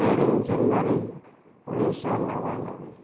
पहिरीं जनवरी उणवीह सौ नवानवे